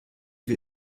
wie